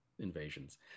Invasions